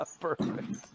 Perfect